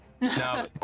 No